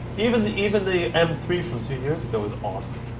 even the even the m three from two years ago was awesome.